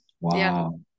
wow